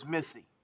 Missy